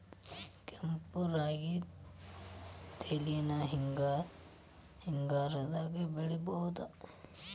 ಕೆಂಪ ರಾಗಿ ತಳಿನ ಹಿಂಗಾರದಾಗ ಬೆಳಿಬಹುದ?